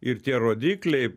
ir tie rodikliai